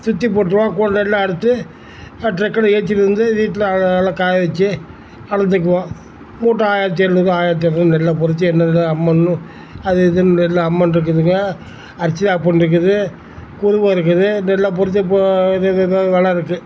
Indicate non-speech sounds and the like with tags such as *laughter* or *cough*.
சுற்றிப் போட்டுருவான் கோ நெல்லை அறுத்து ட்ரெக்கில் ஏத்திவிட்டு வந்து வீட்டில் அதை நல்லா காய வெச்சி அளந்துக்குவோம் மூட்டை ஆயிரத்தி எழ்நூறு ஆயிரத்தி ஐந்நூறு *unintelligible* கொறைச்சு *unintelligible* அம்மன்னு அது இதுன்னு எல்லா அம்மன் இருக்குதுங்க அர்ச்சியா பொன்னி இருக்குது குருவை இருக்குது நெல்லை பொறுத்து இப்போது வெலை இருக்குது